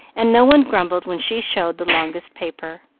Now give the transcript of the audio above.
and no one grumbled when she showed the longest paper.